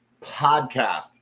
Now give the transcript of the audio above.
Podcast